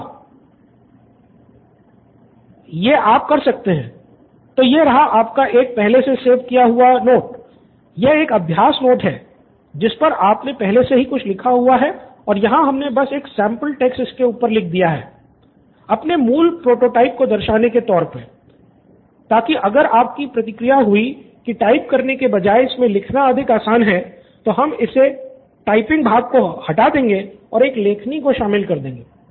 student 1 तो यह रहा आपका एक पहले से सेव किया हुआ नोट है यह एक अभ्यास नोट है जिसपर आपने पहले से ही लिखा हुआ है और यह हमने यहाँ बस एक सैंपल टेक्स्ट इसके ऊपर लिख दिया है अपने मूल प्रोटोटाइप को दर्शाने के तौर पे ताकि अगर आपकी प्रतिक्रिया हुई की टाइप करने के बजाय इसमे लिखना अधिक आसान है तो हम इसके टाइपिंग भाग को हटा देंगे और एक लेखनी को शामिल कर देंगे